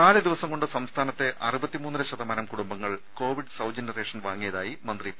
നാലുദിവസംകൊണ്ട് സംസ്ഥാനത്തെ അറുപത്തി മൂന്നര ശതമാനം കുടുംബങ്ങൾ കോവിഡ് ് സൌജന്യ റേഷൻ വാങ്ങിയതായി മന്ത്രി പി